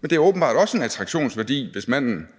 men det er åbenbart også en attraktionsværdi, hvis manden